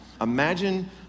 Imagine